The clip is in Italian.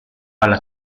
alla